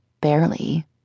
Barely